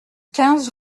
quinze